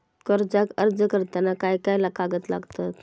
कर्जाक अर्ज करताना काय काय कागद लागतत?